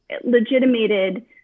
legitimated